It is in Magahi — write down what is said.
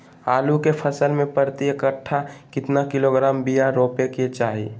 आलू के फसल में प्रति कट्ठा कितना किलोग्राम बिया रोपे के चाहि?